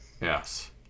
Yes